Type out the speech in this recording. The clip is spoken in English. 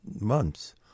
months